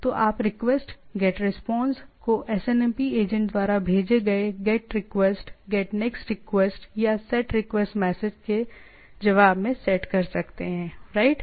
तो आप request get response को एसएनएमपी एजेंट द्वारा भेजे गए get request get next request या सेट रिक्वेस्ट मैसेज के जवाब में सेट कर सकते हैंराइट